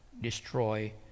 destroy